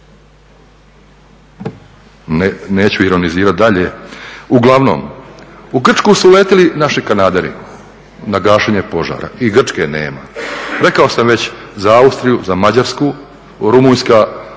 Neću ironizirat dalje. Uglavnom, u Grčku su uletili naši kanaderi na gašenje požara i Grčke nema. Rekao sam već za Austriju, za Mađarsku, Rumunjska